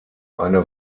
eine